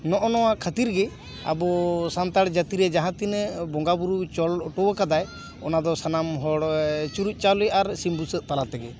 ᱱᱚᱜ ᱱᱟ ᱠᱷᱟᱹᱛᱤᱨ ᱜᱮ ᱟᱵᱚ ᱥᱟᱱᱛᱟᱲ ᱡᱟᱛᱤ ᱨᱮ ᱡᱟᱦᱟᱸ ᱛᱤᱱᱟᱹᱜ ᱵᱚᱸᱜᱟ ᱵᱳᱨᱳ ᱪᱚᱞ ᱚᱴᱚ ᱟᱠᱟᱫᱟᱭ ᱚᱱᱟ ᱫᱚ ᱥᱟᱱᱟᱢ ᱦᱚᱲᱻ ᱪᱩᱨᱩᱡ ᱪᱟᱣᱞᱮ ᱟᱨ ᱥᱤᱢ ᱵᱩᱥᱟᱹᱜ ᱛᱟᱞᱟᱛᱮ